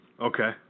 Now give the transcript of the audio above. Okay